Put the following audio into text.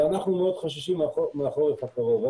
אנחנו מאוד חוששים מהחורף הקרוב.